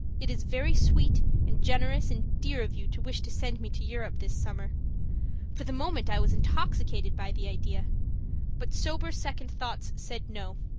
it is very sweet and generous and dear of you to wish to send me to europe this summer for the moment i was intoxicated by the idea but sober second thoughts said no.